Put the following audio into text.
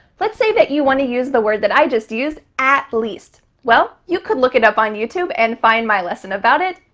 let's say that you wanna use the word that i just used, at least. well, you could look it up on youtube and find my lesson about it,